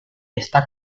está